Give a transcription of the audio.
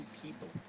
people